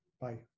Bye